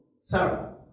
Sarah